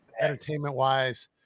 entertainment-wise